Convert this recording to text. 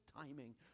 timing